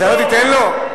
לא אתן לו.